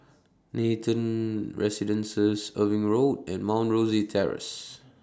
Nathan Residences Irving Road and Mount Rosie Terrace